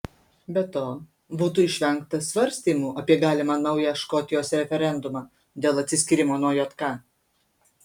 be to būtų išvengta svarstymų apie galimą naują škotijos referendumą dėl atsiskyrimo nuo jk